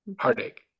heartache